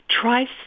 Try